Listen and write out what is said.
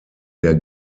der